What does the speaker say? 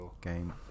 Game